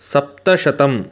सप्तशतं